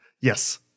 Yes